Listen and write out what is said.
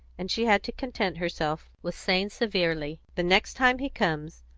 and she had to content herself with saying, severely, the next time he comes,